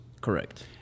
Correct